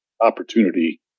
opportunity